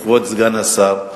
וכבוד סגן השר: